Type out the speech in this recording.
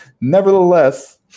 nevertheless